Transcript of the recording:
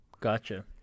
Gotcha